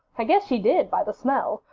i guess she did, by the smell,